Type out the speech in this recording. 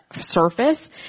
surface